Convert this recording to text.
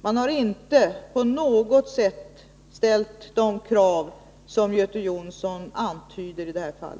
Man har inte på något sätt ställt de krav som Göte Jonsson antyder i detta fall.